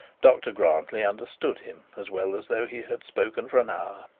dr grantly understood him as well as though he had spoken for an hour.